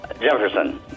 Jefferson